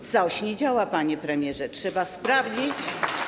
Coś nie działa, panie premierze, trzeba to sprawdzić.